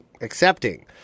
accepting